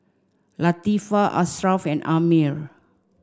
Latifa Ashraff and Ammir